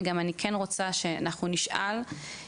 ואני כן רוצה שאנחנו נשאל,